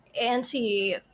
anti